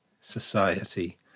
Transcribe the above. society